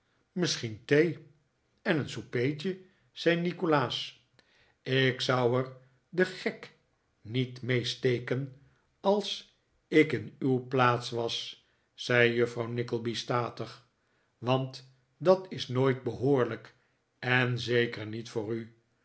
misschien thee en een soupertje zei nikolaas ik zou er den gek niet mee steken als ik in u'w plaats was zei juffrouw nickleby statig want dat is nooit behoorlijk en zeker niet voor u